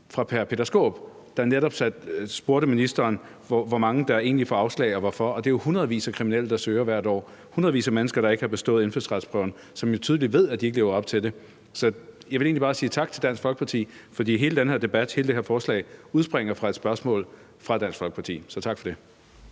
fra hr. Peter Skaarup, der netop spurgte ministeren om, hvor mange der egentlig får afslag og hvorfor. Det er jo hvert år i hundredvis af kriminelle, der søger, og hundredvis af mennesker, der ikke har bestået indfødsretsprøven, som tydeligt ved, at de ikke lever op til det. Så jeg vil egentlig bare sige tak til Dansk Folkeparti, for hele den her debat og hele det her forslag udspringer af et spørgsmål fra Dansk Folkeparti. Så tak for det.